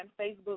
Facebook